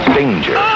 danger